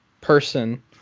person